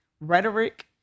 rhetoric